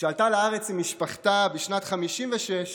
שעלתה לארץ עם משפחתה בשנת 1956,